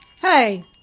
Hey